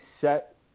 set